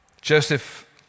Joseph